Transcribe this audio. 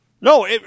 No